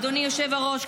אדוני היושב-ראש,